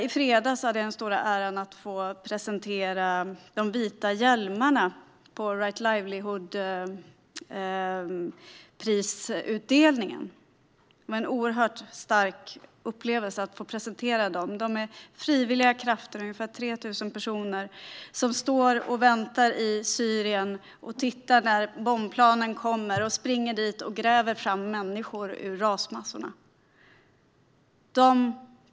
I fredags hade jag den stora äran att få presentera De vita hjälmarna på Right Livelihoods prisutdelning. Det var en oerhört stark upplevelse att få presentera dem. De vita hjälmarna är frivilliga krafter - ungefär 3 000 personer - som i Syrien står och väntar på att bombplanen ska komma, och sedan springer dit och gräver fram människor ur rasmassorna.